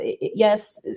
yes